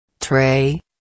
Tray